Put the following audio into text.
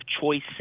choice